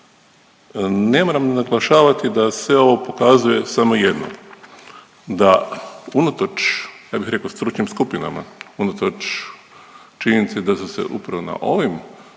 Ne moram naglašavati da sve ovo pokazuje samo jedno, da unatoč, ja bih rekao stručnim skupinama, unatoč činjenici da su se upravo na ovim